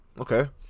Okay